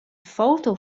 foto